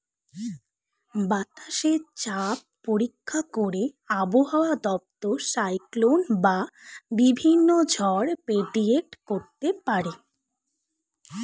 বাতাসে চাপ পরীক্ষা করে আবহাওয়া দপ্তর সাইক্লোন বা বিভিন্ন ঝড় প্রেডিক্ট করতে পারে